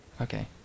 Okay